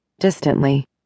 distantly